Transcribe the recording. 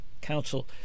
Council